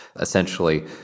Essentially